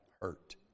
hurt